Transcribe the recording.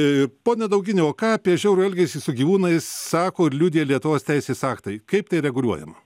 pone daugini o ką apie žiaurų elgesį su gyvūnais sako ir liudija lietuvos teisės aktai kaip tai reguliuojama